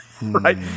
Right